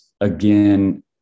again